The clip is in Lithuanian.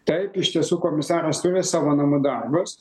taip iš tiesų komisaras turi savo namų darbus